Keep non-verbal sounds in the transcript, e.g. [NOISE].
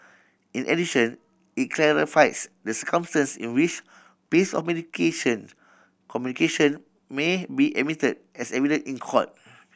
in addition it clarifies the circumstances in which piece of mediation communication may be admitted as evidence in court [NOISE]